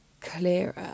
clearer